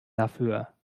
dafür